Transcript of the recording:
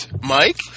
Mike